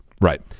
right